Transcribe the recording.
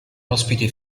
ospite